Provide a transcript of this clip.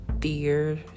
fear